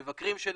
המבקרים שלהם,